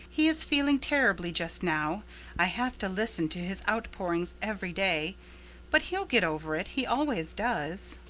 he is feeling terribly just now i have to listen to his outpourings every day but he'll get over it. he always does.